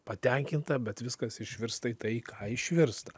patenkinta bet viskas išvirsta į tai į ką išvirsta